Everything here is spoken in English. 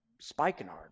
spikenard